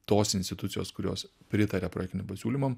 tos institucijos kurios pritaria projektiniam pasiūlymam